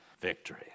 victory